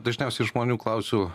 dažniausiai žmonių klausiu